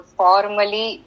formally